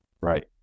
right